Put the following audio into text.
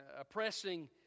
oppressing